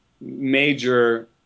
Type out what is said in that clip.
major